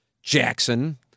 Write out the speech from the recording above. jackson